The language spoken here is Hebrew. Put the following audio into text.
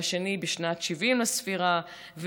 והשני בשנת 70 לספירה,